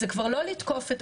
זה כבר לא לתקוף,